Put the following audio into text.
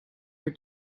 her